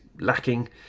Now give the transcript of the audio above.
lacking